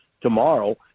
tomorrow